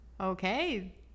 Okay